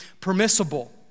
permissible